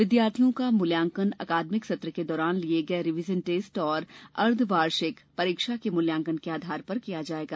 विद्यार्थियों का मूल्यांकन अकादमिक सत्र के दौरान लिए गए रिवीजन टेस्ट और अर्द्धवार्षिक परीक्षा के मूल्यांकन के आधार पर किया जाएगा